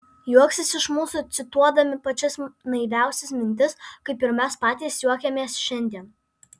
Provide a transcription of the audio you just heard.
juoksis iš mūsų cituodami pačias naiviausias mintis kaip ir mes patys juokiamės šiandien